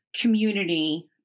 community